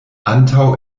antaŭ